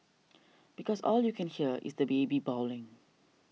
because all you can hear is the baby bawling